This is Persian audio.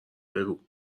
بگو